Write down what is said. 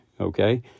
okay